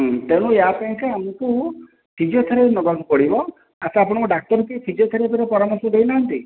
ହୁଁ ତେଣୁ ଏହାପାଇଁକା ଆମକୁ ଫିଜିଓଥେରାପି ନେବାକୁ ପଡ଼ିବ ଆଚ୍ଛା ଆପଣଙ୍କ ଡ଼ାକ୍ତର କେହି ଫିଜିଓଥେରାପିର ପରାମର୍ଶ ଦେଇନାହାନ୍ତି